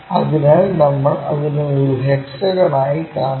അതിനാൽ നമ്മൾ അതിനെ ഒരു ഹെക്സഗൺ ആയി കാണുന്നു